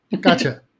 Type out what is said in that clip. gotcha